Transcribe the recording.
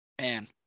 Man